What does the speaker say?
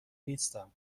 نیستم